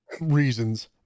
reasons